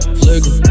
flicker